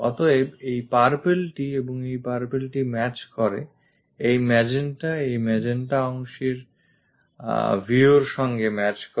অতএব এই purpleটি এবং এই purpleটি match করে ও এই magenta সেই magenta অংশের view র সঙ্গে match করে